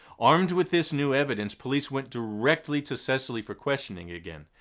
armed with this new evidence, police went directly to cecily for questioning again.